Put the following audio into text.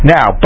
Now